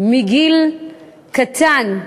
מגיל קטן,